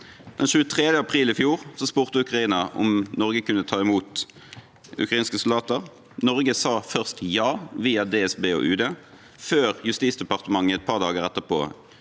Den 23. april i fjor spurte Ukraina om Norge kunne ta imot ukrainske soldater. Norge sa først ja via DSB og UD, før Justisdepartementet sa stopp et par dager etterpå.